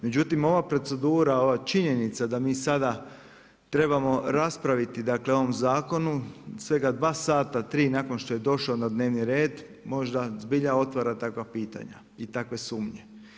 Međutim, ova procedura, ova činjenica, da mi sada trebamo raspraviti o ovom raspravu, svega 2 sata, 3 nakon što je došao na dnevni red, možda zbilja otvara takva pitanja i takve sumnje.